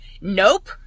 Nope